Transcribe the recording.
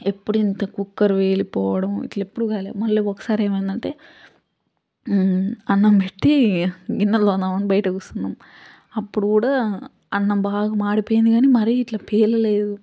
ఎప్పుడూ ఇంత కుక్కర్ పేలిపోవడం ఇట్లా ఎప్పుడూ కాలే మళ్లీ ఒకసారి ఏమైందంటే అన్నం పెట్టి గిన్నెలు తోముదామని బయట కూసున్నాం అప్పుడు కూడా అన్నం బాగా మాడిపోయింది కానీ మరీ ఇట్లా పేలలేదు